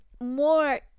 more